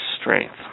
strength